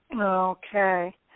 Okay